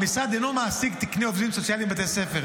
המשרד אינו מעסיק תקני עובדים סוציאליים בבתי הספר,